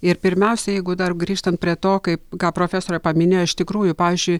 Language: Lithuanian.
ir pirmiausia jeigu dar grįžtant prie to kaip ką profesorė paminėjo iš tikrųjų pavyzdžiui